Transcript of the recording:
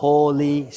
Holy